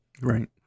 Right